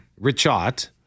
Richot